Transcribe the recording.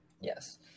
Yes